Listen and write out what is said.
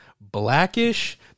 Blackish